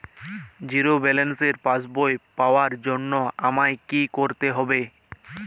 Zero ব্যালেন্সের পাসবই পাওয়ার জন্য আমায় কী করতে হবে?